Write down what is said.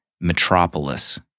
Metropolis